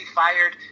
fired